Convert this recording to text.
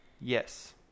yes